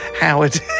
Howard